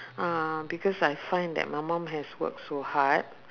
uh because I find that my mum has worked so hard